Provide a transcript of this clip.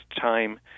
time